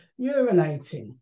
urinating